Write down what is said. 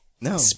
No